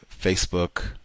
Facebook